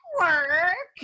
work